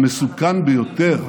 המסוכן ביותר,